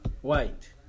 white